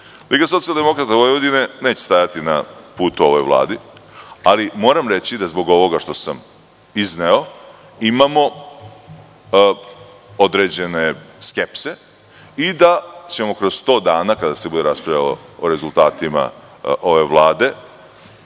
socijaldemokrata Vojvodine neće stajati na putu ovoj Vladi, ali moram reći, zbog ovoga što sam izneo, imamo određene skepse i da ćemo kroz 100 dana kada se bude raspravljalo o rezultatima ove Vlade